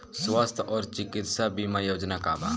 स्वस्थ और चिकित्सा बीमा योजना का बा?